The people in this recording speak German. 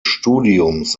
studiums